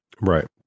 Right